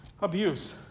Abuse